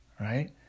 right